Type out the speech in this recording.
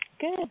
Good